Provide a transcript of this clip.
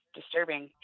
disturbing